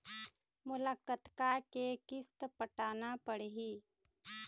मोला कतका के किस्त पटाना पड़ही?